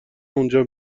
اونجا